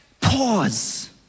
pause